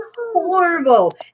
horrible